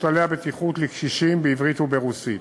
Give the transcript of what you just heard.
כללי הבטיחות לקשישים בעברית וברוסית,